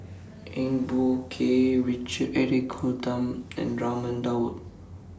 Eng Boh Kee Richard Eric Holttum and Raman Daud